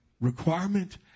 requirement